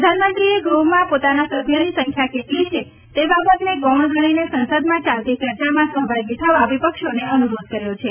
પ્રધાનમંત્રીએ ગૃહમાં પોતાના સભ્યની સંખ્યા કેટલી છે તે બાબતે ગૌણ ગણીને સંસદમાં ચાલતી ચર્ચામાં સહભાગી થવા વિપક્ષોને અનુરોધ કર્યો છે